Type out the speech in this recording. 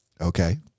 Okay